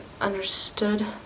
understood